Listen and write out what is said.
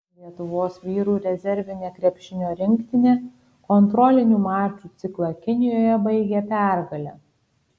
lietuvos vyrų rezervinė krepšinio rinktinė kontrolinių mačų ciklą kinijoje baigė pergale